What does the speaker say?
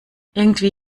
irgendwie